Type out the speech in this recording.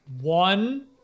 One